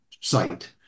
site